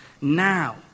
Now